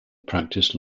practiced